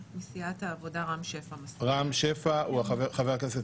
סיעת ישראל ביתנו חבר אחד, חבר הכנסת